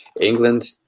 England